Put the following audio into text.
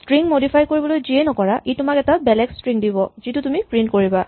string modify কৰিবলৈ যিয়েই নকৰা ই তোমাক এটা বেলেগ স্ট্ৰিং দিব যিটো তুমি প্ৰিন্ট কৰিবা